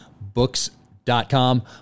books.com